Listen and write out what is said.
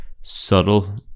subtle